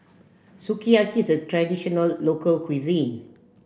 sukiyaki is the traditional local cuisine